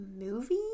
movie